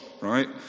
right